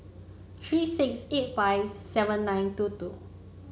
three six eight five seven nine two two